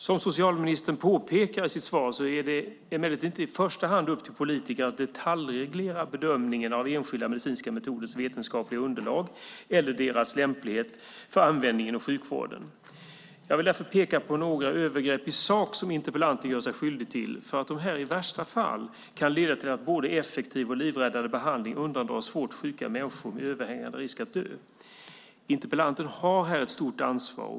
Som socialministern påpekar i sitt svar är det emellertid inte i första hand upp till politiker att detaljreglera bedömningen av enskilda medicinska metoders vetenskapliga underlag eller deras lämplighet för användning inom sjukvården. Jag vill därför peka på några övergrepp i sak som interpellanten gör sig skyldig till, för att de i värsta fall kan leda till att både effektiv och livräddande behandling undandras svårt sjuka människor med överhängande risk att dö. Interpellanten har här ett stort ansvar.